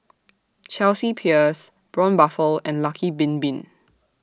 Chelsea Peers Braun Buffel and Lucky Bin Bin